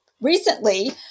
recently